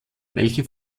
welche